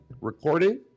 recording